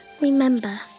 remember